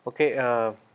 Okay